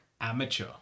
amateur